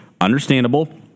understandable